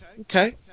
okay